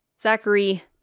Zachary